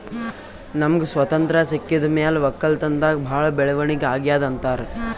ನಮ್ಗ್ ಸ್ವತಂತ್ರ್ ಸಿಕ್ಕಿದ್ ಮ್ಯಾಲ್ ವಕ್ಕಲತನ್ದಾಗ್ ಭಾಳ್ ಬೆಳವಣಿಗ್ ಅಗ್ಯಾದ್ ಅಂತಾರ್